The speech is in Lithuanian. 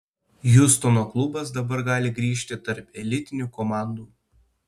hjustono klubas dabar gali grįžti tarp elitinių komandų